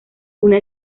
una